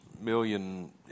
million